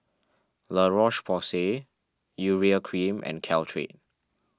La Roche Porsay Urea Cream and Caltrate